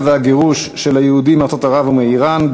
והגירוש של היהודים מארצות ערב ומאיראן,